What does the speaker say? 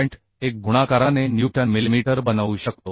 1 गुणाकाराने newton millimetre बनवू शकतो